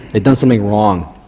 they've done something wrong,